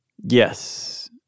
Yes